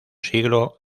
siglo